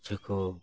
ᱠᱤᱪᱷᱩ ᱠᱚ